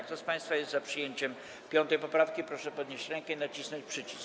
Kto z państwa jest za przyjęciem 5. poprawki, proszę podnieść rękę i nacisnąć przycisk.